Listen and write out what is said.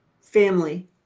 family